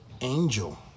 Angel